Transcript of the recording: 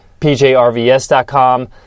pjrvs.com